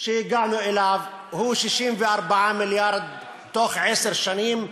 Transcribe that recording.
שהגענו אליו הוא 64 מיליארד בתוך עשר שנים,